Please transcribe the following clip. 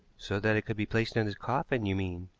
so that it could be placed in his coffin, you mean,